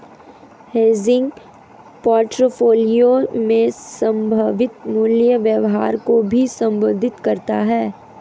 hedging portfolio में संभावित मूल्य व्यवहार को भी संबोधित करता हैं